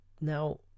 now